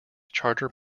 charter